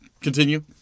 Continue